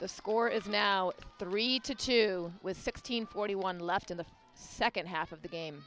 the score is now three to two with sixteen forty one left in the second half of the game